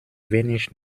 wenig